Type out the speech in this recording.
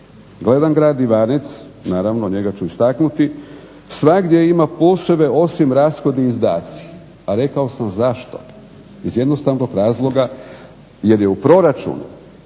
Gledam grad Ivanec, naravno njega ću istaknuti, svagdje ima pluseve osim rashodi i izdaci, a rekao sam zašto iz jednostavnog razloga jer je u proračunu